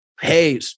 Hey